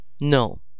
No